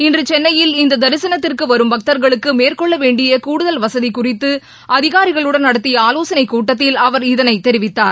இன்று சென்னையில் இந்த தரிசனத்திற்கு வரும் பக்தர்களுக்கு மேற்கொள்ள வேண்டிய கூடுதல் வசதி குறித்து அதிகாரிகளுடன் நடத்திய ஆலோசனை கூட்டத்தில் அவர் இதனை தெரிவித்தார்